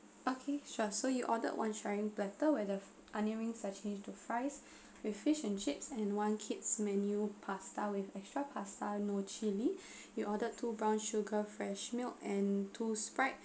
okay sure so you ordered one sharing platter where the onion ring has changed to fries with fish and chips and one kid's menu pasta with extra pasta no chili you ordered two brown sugar fresh milk and two sprite